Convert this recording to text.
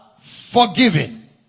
forgiven